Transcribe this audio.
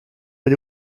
but